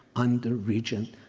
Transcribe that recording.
and region,